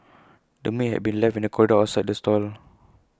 the meat had been left in the corridor outside the stall